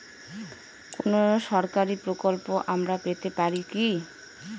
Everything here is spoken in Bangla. কোন সরকারি প্রকল্প আমরা পেতে পারি কি?